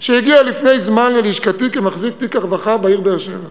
שהגיעה לפני זמן ללשכתי כמחזיק תיק הרווחה בעיר באר-שבע.